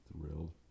thrilled